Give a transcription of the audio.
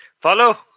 Follow